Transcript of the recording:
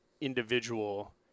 individual